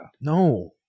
no